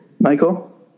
Michael